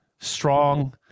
strong